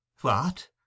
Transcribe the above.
What